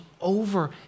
over